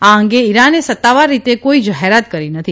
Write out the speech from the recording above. આ અંગે ઈરાને સત્તાવાર રીતે કોઈ જાહેરાત કરી નથી